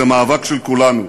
זה המאבק של כולנו.